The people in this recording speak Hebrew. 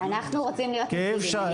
כי אי אפשר,